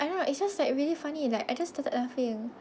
I don't know it's just like really funny like I just started laughing